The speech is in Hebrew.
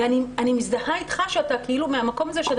ואני מזדהה איתך שאתה כאילו מהמקום הזה שאתה